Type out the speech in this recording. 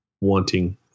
wanting